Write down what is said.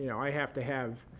you know i have to have